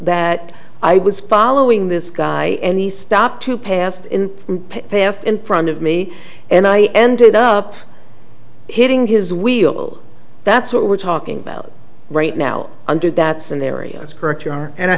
that i was following this guy and he stopped to pass they have in front of me and i ended up hitting his we'll that's what we're talking about right now under that scenario is correct you are and i